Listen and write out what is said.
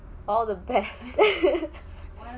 all the best